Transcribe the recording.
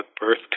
birth